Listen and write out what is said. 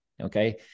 okay